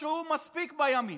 שהוא מספיק בימין.